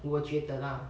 我觉得啦